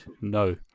no